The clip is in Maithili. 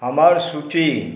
हमर सूची